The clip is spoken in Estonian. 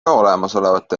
olemasolevate